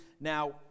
Now